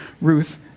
Ruth